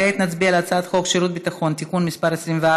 כעת נצביע על הצעת חוק שירות ביטחון (תיקון מס' 24)